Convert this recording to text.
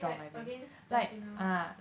right against the females